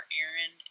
Aaron